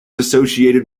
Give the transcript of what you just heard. associated